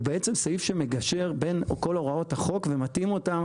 הוא בעצם סעיף שמגשר בין כל הוראות החוק ומתאים אותן